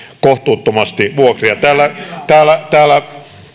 kohtuuttomasti vuokria täällä